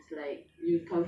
kurang ajar betul